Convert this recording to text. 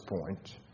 point